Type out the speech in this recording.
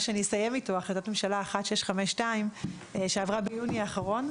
אני אסיים בהחלטת ממשלה 1652 שעברה ביוני האחרון,